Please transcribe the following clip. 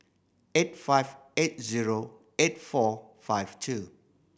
eight five eight zero eight four five two